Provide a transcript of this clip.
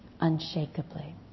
unshakably